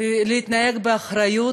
להתנהג באחריות,